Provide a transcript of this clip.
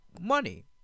money